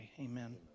Amen